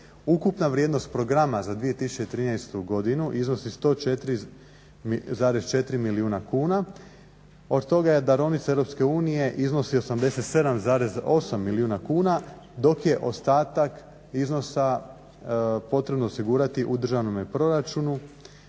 Ukupna vrijednost programa za 2013. godinu iznosi 104,4 milijuna kuna, od toga darovnica Europske unije iznosi 87,8 milijuna kuna dok je ostatak iznosa potrebno osigurati u državnom proračunu